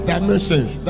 Dimensions